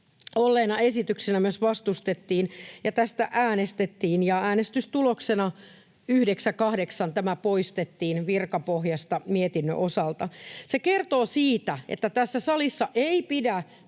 olleena esityksenä myös vastustettiin. Tästä äänestettiin, ja äänestystuloksella 9—8 tämä poistettiin virkapohjasta mietinnön osalta. Se kertoo siitä, että tässä salissa ei pidä